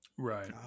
Right